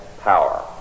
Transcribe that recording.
power